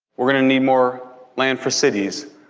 we're going to need more lands for cities,